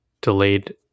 delayed